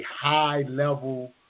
high-level